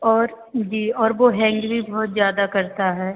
और जी और वह हैंग भी बहुत जयदा करता है